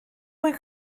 fwy